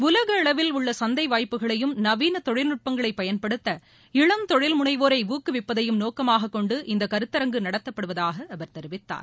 உலக அளவில் உள்ள சந்தை வாய்ப்புகளையும் நவீன தொழில் நுட்பங்களை பயன்படுத்த இளம் தொழில்மனைவோரை ஊக்குவிப்பதையும் நோக்கமாக கொண்டு இந்த கருத்தரங்கு நடத்தப்படுவதாக அவர் தெரிவித்தார்